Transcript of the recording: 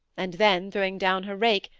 and then, throwing down her rake,